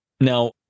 Now